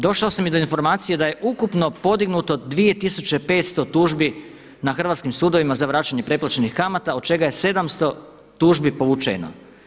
Došao sam i do informacije da je ukupno podignuto 2500 tužbi na hrvatskim sudovima za vraćanje preplaćenih kamata od čega je 700 tužbi povučeno.